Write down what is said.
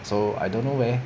so I don't know where